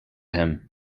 him